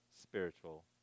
spiritual